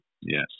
Yes